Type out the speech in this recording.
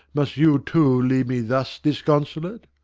must ye, too, leave me thus disconsolate?